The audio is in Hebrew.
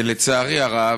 לצערי הרב,